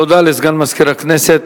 תודה לסגן מזכיר הכנסת.